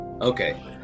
Okay